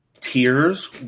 tears